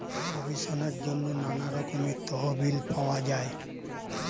গবেষণার জন্য নানা রকমের তহবিল পাওয়া যায়